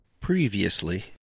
Previously